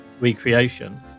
recreation